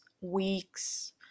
weeks